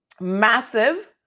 Massive